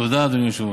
תודה, אדוני היושב-ראש.